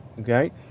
Okay